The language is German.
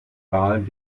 tal